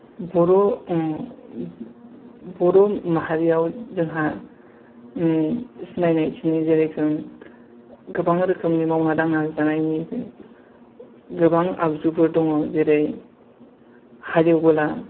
बर' ओम बर' माहारियाव जोंहा सिनायनाय जेरोखोम गोबां रोखोमनि मावना दांना जानायनिबो गोबां आगजुफोर दङ जेरै हालेवबोला